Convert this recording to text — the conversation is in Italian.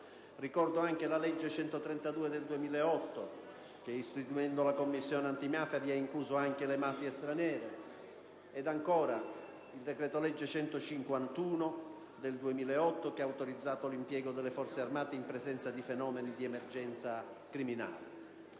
eredi; la legge n. 132 del 2008, che, istituendo la Commissione antimafia, vi ha incluso anche le mafie straniere; il decreto-legge n. 151 del 2008, che ha autorizzato l'impiego delle Forze armate in presenza di fenomeni di emergenza criminale.